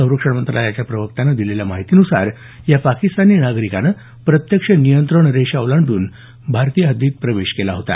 संरक्षण मंत्रालयाच्या प्रवक्त्यानं दिलेल्या माहितीनुसार या पाकिस्तानी नागरिकानं प्रत्यक्ष नियंत्रण रेषा ओलांडून भारतीय हद्दित प्रवेश केला होता